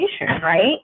right